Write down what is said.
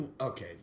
Okay